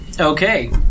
Okay